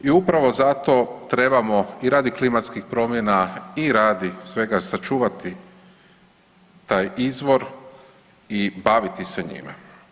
I upravo zato trebamo i radi klimatskih promjena i radi svega, sačuvati taj izvor i baviti se njime.